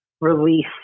release